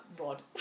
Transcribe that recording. Rod